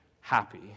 happy